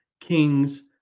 Kings